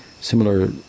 similar